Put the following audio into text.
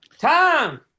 Tom